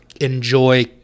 Enjoy